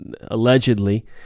allegedly